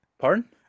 Pardon